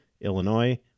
Illinois